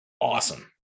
awesome